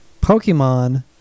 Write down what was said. Pokemon